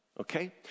Okay